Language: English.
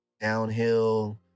downhill